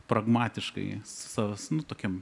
pragmatiškai sas nu tokiem